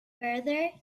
further